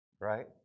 right